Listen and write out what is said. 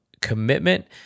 commitment